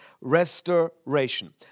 restoration